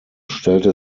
stellte